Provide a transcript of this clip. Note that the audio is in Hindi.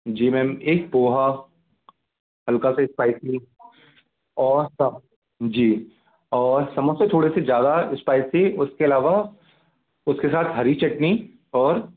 जी मैम एक पोहा हल्का सा इस्पाइसी और जी और समोसे थोड़े से ज़्यादा इस्पाइसी उसके अलावा उसके साथ हरी चटनी और